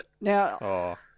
Now